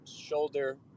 shoulder